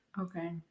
Okay